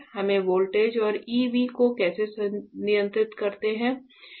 हम वोल्टेज और EV को कैसे नियंत्रित करते हैं